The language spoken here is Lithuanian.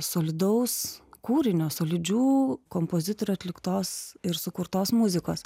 solidaus kūrinio solidžių kompozitorių atliktos ir sukurtos muzikos